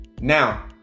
Now